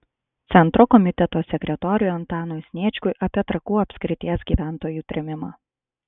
centro komiteto sekretoriui antanui sniečkui apie trakų apskrities gyventojų trėmimą